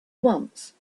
once